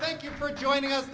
thank you for joining u